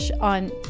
On